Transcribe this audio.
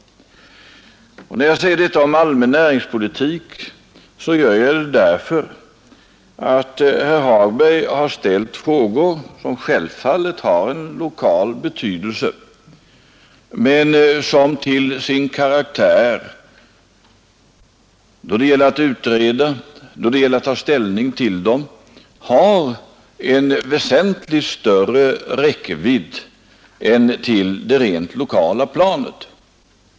Att jag hänvisar till den allmänna näringspolitiken beror på att herr Hagberg har ställt frågor vilka självfallet har en lokal betydelse men vilkas lösande kräver åtgärder som har en väsentligt större räckvidd än vad som gäller enbart det rent lokala planet.